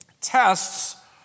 Tests